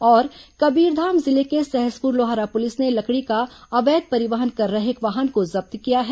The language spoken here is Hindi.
और कबीरधाम जिले में सहसपुर लोहारा पुलिस ने लकड़ी का अवैध परिवहन कर रहे एक वाहन को जब्त किया है